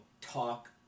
talk